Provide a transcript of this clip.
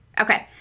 Okay